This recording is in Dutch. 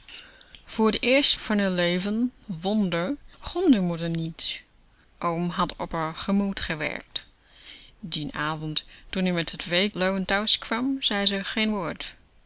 voor t eerst van r leven wonder gromde moeder niet oom had op r gemoed gewerkt dien avond toen-ie met het weekloon thuiskwam zei ze geen woord